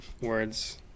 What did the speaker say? words